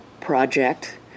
project